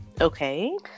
Okay